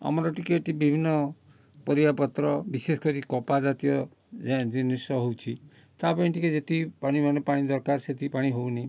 ଆମର ଟିକେ ଏଠି ବିଭିନ୍ନ ପରିବା ପତ୍ର ବିଶେଷ କରି କପା ଜାତୀୟ ଜ ଜିନିଷ ହେଉଛି ତା'ପାଇଁ ଟିକେ ଯେତିକି ପାଣି ମାନେ ପାଣି ଦରକାର ସେତିକି ପାଣି ହେଉନି